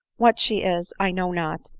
what she is, i know not,